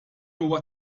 huwa